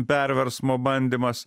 perversmo bandymas